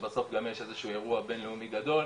כשבסוף לנו יש איזה שהוא אירוע בינלאומי גדול,